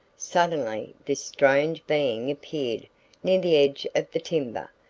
suddenly this strange being appeared near the edge of the timber.